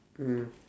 mm